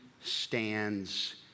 stands